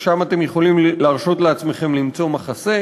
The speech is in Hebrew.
ששם אתם יכולים להרשות לעצמכם למצוא מחסה,